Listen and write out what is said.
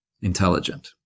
intelligent